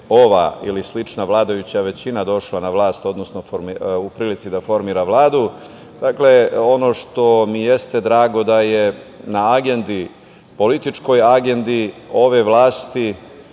ova ili slična vladajuća većina došla na vlast, odnosno u prilici da formira Vladu. Dakle, ono što mi jeste drago to je da na agendi, političkoj agendi ove vlasti